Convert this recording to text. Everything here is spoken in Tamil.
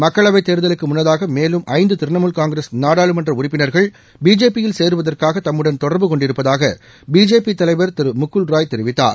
மக்களவை தேர்தலுக்கு முன்னதாக மேலும் ஐந்து திரிணாமுல் காங்கிரஸ் நாடாளுமன்ற உறுப்பினா்கள் பிஜேபியில் சேருவதற்காக தம்முடன் தொடர்பு கொண்டிருப்பதாக பிஜேபி தலைவர் திரு முக்குல் ராய் தெரிவித்தார்